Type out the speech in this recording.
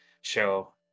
show